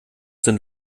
sind